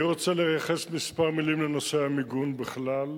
אני רוצה לייחס כמה מלים לנושא המיגון בכלל,